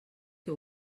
que